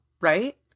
right